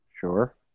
Sure